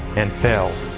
and failed.